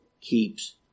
keeps